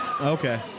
Okay